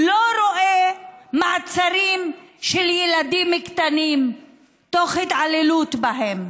לא רואה מעצרים של ילדים קטנים תוך התעללות בהם,